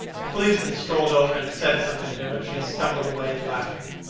the policeman strolled over and said something to her. she stumbled away, laughing.